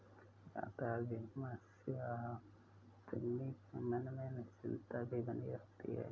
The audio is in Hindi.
यातायात बीमा से आदमी के मन में निश्चिंतता भी बनी होती है